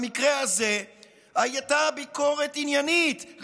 במקרה הזה הייתה ביקורת עניינית,